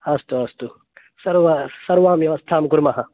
अस्तु अस्तु सर्व सर्वां व्यवस्थां कुर्मः